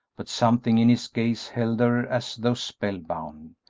but something in his gaze held her as though spell-bound.